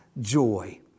joy